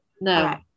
no